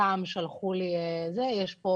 אז אנחנו